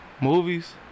Movies